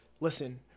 listen